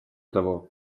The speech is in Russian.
того